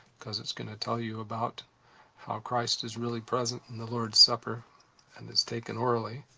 because it's going to tell you about how christ is really present in the lord's supper and is taken orally.